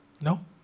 No